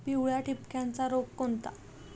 पिवळ्या ठिपक्याचा रोग कोणता?